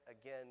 again